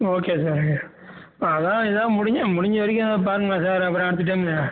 okay sir அதான் ஏதாவது முடிந்த முடிந்த வரைக்கும் பாருங்கள் சார் அப்புறம் அடுத்த டைம்